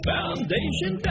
Foundation